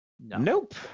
nope